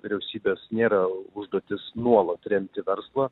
vyriausybės nėra užduotis nuolat remti verslą